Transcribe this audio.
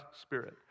Spirit